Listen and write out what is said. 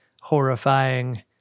horrifying